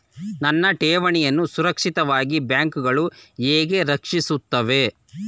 ನನ್ನ ಠೇವಣಿಯನ್ನು ಸುರಕ್ಷಿತವಾಗಿ ಬ್ಯಾಂಕುಗಳು ಹೇಗೆ ರಕ್ಷಿಸುತ್ತವೆ?